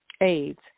AIDS